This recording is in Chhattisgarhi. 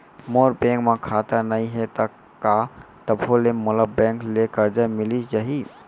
मोर बैंक म खाता नई हे त का तभो ले मोला बैंक ले करजा मिलिस जाही?